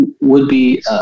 would-be